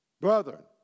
Brethren